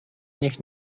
niech